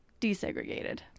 Desegregated